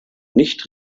nicht